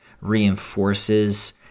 reinforces